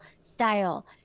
style